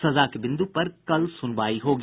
सजा के बिंदु पर कल सुनवाई होगी